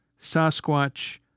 Sasquatch